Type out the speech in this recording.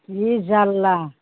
जि जाल्ला